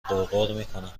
غرغرمیکنم